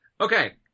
okay